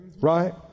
Right